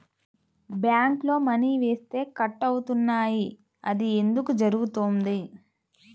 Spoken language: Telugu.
బ్యాంక్లో మని వేస్తే కట్ అవుతున్నాయి అది ఎందుకు జరుగుతోంది?